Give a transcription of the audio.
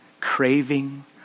craving